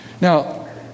Now